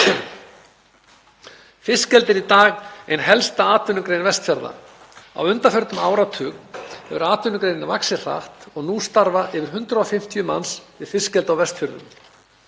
Fiskeldi er í dag ein helsta atvinnugrein Vestfjarða. Á undanförnum áratug hefur atvinnugreinin vaxið hratt og nú starfa yfir 150 manns við fiskeldi á Vestfjörðum.